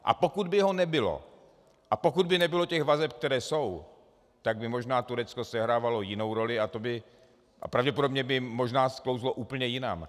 A pokud by ho nebylo a pokud by nebylo těch vazeb, které jsou, tak by možná Turecko sehrávalo jinou roli a pravděpodobně by možná sklouzlo úplně jinam.